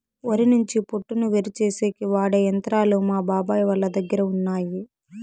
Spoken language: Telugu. వరి నుంచి పొట్టును వేరుచేసేకి వాడె యంత్రాలు మా బాబాయ్ వాళ్ళ దగ్గర ఉన్నయ్యి